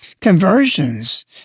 conversions